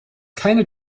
keine